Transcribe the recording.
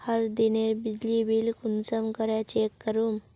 हर दिनेर बिजली बिल कुंसम करे चेक करूम?